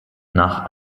nach